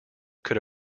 could